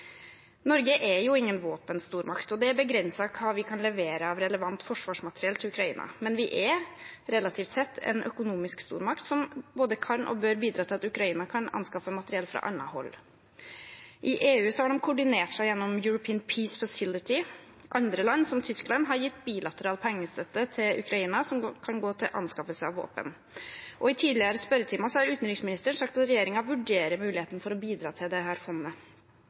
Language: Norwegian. Norge er ingen våpenstormakt, og det er begrenset hva vi kan levere av relevant forsvarsmateriell til Ukraina. Men vi er, relativt sett, en økonomisk stormakt, som både kan og bør bidra til at Ukraina kan anskaffe materiell fra annet hold. I EU har de koordinert seg gjennom European Peace Facility, og andre land, som Tyskland, har gitt bilateral pengestøtte til Ukraina som kan gå til anskaffelse av våpen. I tidligere spørretimer har utenriksministeren sagt at regjeringen vurderer muligheten for å bidra til dette fondet.